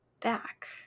back